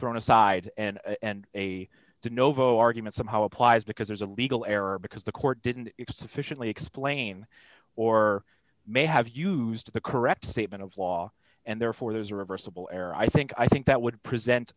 thrown aside and a novo argument somehow applies because there's a legal error because the court didn't extend fictionally explain or may have used the correct statement of law and therefore there's a reversible error i think i think that would present